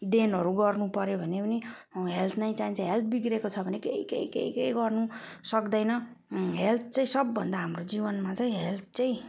देनहरू गर्नुपर्यो भने पनि हेल्थ नै चाहिन्छ हेल्थ बिग्रिएको छ भने केही केही केही केही गर्नुसक्दैन हेल्थ चाहिँ सबभन्दा हाम्रो जीवनमा चाहिँ हेल्थ चाहिँ